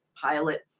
pilot